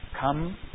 come